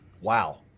Wow